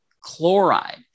chloride